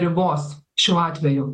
ribos šiuo atveju